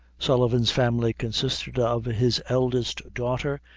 sullivan's family consisted of his eldest daughter,